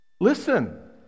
listen